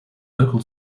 local